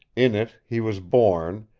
in it he was born,